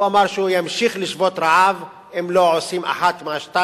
הוא אמר שהוא ימשיך לשבות רעב אם לא עושים אחד מהשניים,